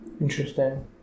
interesting